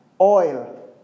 Oil